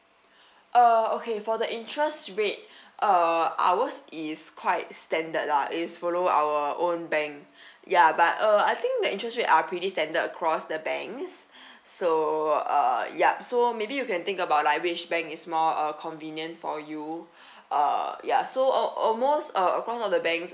uh okay for the interest rate uh ours is quite standard lah is follow our own bank ya but uh I think the interest rate are pretty standard across the banks so uh yup so maybe you can think about like which bank is more uh convenient for you uh ya so a~ almost uh across all the banks